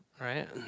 Right